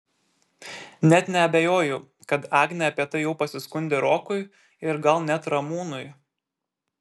net neabejoju kad agnė apie tai jau pasiskundė rokui ir gal net ramūnui